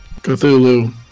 Cthulhu